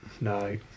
no